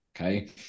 okay